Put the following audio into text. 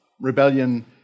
Rebellion